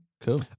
Cool